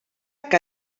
que